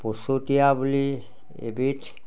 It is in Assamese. পচতীয়া বুলি এবিধ